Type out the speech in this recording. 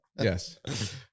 yes